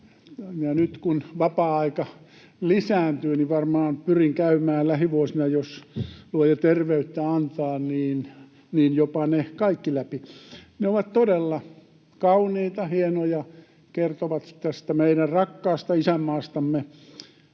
Nyt kun vapaa-aika lisääntyy, niin varmaan pyrin käymään lähivuosina, jos Luoja terveyttä antaa, jopa ne kaikki läpi. Ne ovat todella kauniita ja hienoja ja kertovat tästä meidän rakkaasta isänmaastamme,